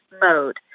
mode